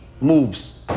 moves